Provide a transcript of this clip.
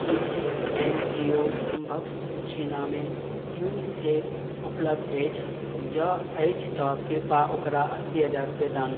की N G O सभक सूचनामे UNICEF उपलब्ध अछि जँ अछि तऽ कृपा ओकरा अस्सी हजार रूपैआ दान